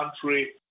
country